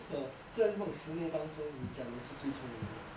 uh 在这十年当中你讲的是最聪明的